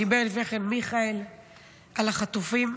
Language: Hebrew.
דיבר לפני כן מיכאל על החטופים.